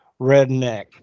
redneck